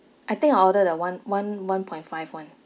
I think I'll order the one one one point five [one]